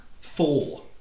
Four